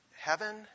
heaven